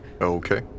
Okay